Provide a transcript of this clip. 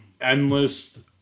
endless